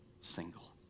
single